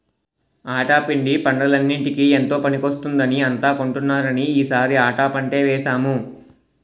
ఆటా పిండి పండగలన్నిటికీ ఎంతో పనికొస్తుందని అంతా కొంటున్నారని ఈ సారి ఆటా పంటే వేసాము